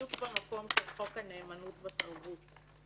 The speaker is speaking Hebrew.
בדיוק במקום של חוק הנאמנות בתרבות,